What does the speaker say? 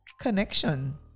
connection